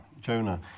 jonah